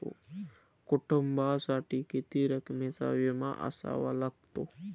कुटुंबासाठी किती रकमेचा विमा असावा लागतो?